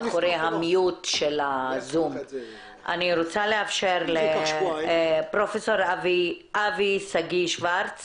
אני רוצה לאפשר לפרופ' אבי שגיא שוורץ